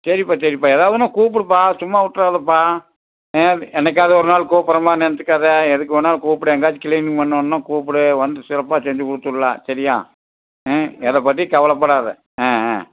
சரிப்பா சரிப்பா ஏதாவதுனால் கூப்பிடுப்பா சும்மா விட்றாதப்பா ஆ என்றைக்காவது ஒரு நாள் கூப்பிட்றமேன்னு நினச்சிக்காத எதுக்கு வேணாலும் கூப்பிடு எங்காச்சும் க்ளீனிங் பண்ணணுன்னா கூப்பிடு வந்து சிறப்பாக செஞ்சு கொடுத்துட்லாம் சரியா ஆ எதை பற்றியும் கவலைப்படாத ஆ ஆ